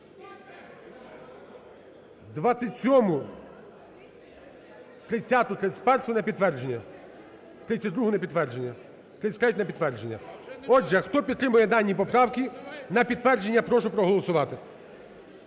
27-у, 30-у, 31-у – на підтвердження, 32-у – на підтвердження, 33-ю – на підтвердження. Отже, хто підтримує дані поправки на підтвердження, я прошу проголосувати.